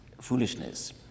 foolishness